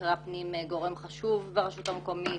במבקרי הפנים גורם חשוב ברשות המקומית